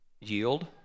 yield